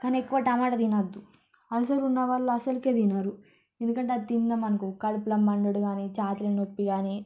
కానీ ఎక్కువ టమోటా తినొద్దు అల్సర్ ఉన్నవాళ్లు అసలకే తినరు ఎందుకంటే అది తిన్నామనుకో కడుపులో మండుడు గానీ ఛాతిలో నొప్పి గానీ